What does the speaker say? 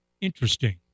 interesting